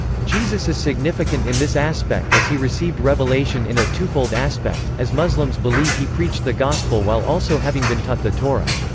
jesus is significant in this aspect as he received revelation in a twofold aspect, as muslims believe he preached the gospel while also having been taught the torah.